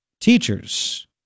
Teachers